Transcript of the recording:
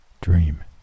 Dream